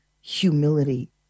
humility